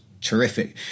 terrific